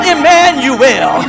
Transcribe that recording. Emmanuel